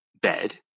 bed